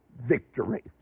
victory